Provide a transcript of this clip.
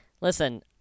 Listen